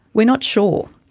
we are not sure.